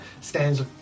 stands